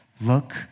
look